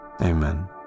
Amen